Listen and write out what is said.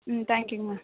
ம் thank you ma'am